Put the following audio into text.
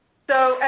so,